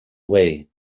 way